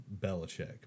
Belichick